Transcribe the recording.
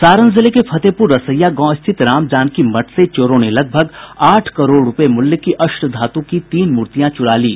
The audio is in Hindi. सारण जिले के फतेहपुर रसैया गांव स्थित रामजानकी मठ से चोरों ने लगभग आठ करोड़ रूपये मूल्य की अष्टधातु की तीन मूर्तियां चुरा ली